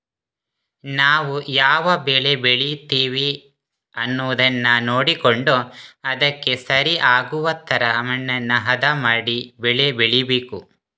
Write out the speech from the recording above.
ನಾವು ಯಾವ ಬೆಳೆ ಬೆಳೀತೇವೆ ಅನ್ನುದನ್ನ ನೋಡಿಕೊಂಡು ಅದಕ್ಕೆ ಸರಿ ಆಗುವ ತರ ಮಣ್ಣನ್ನ ಹದ ಮಾಡಿ ಬೆಳೆ ಬೆಳೀಬೇಕು